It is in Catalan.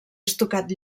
estucat